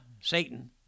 Satan